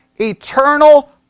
eternal